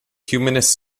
humanist